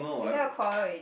because of quarrel already